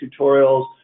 tutorials